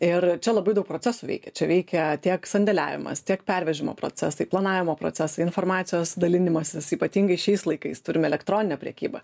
ir čia labai daug procesų veikia čia veikia tiek sandėliavimas tiek pervežimo procesai planavimo procesai informacijos dalinimasis ypatingai šiais laikais turim elektroninę prekybą